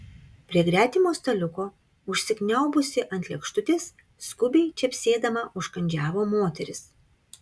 prie gretimo staliuko užsikniaubusi ant lėkštutės skubiai čepsėdama užkandžiavo moteris